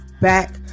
back